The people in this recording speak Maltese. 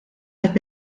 qed